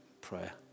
prayer